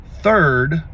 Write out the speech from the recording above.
Third